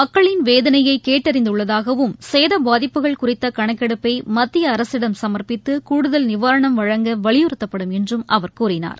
மக்களின் வேதனையை கேட்டறிந்துள்ளதாகவும் சேதப்பாதிப்புகள் குறித்த கணக்கெடுப்பை மத்திய அரசிடம் சுமா்ப்பித்து கூடுதல் நிவாரணம் வழங்க வலியுறுத்தப்படும் என்றும் அவா கூறினார்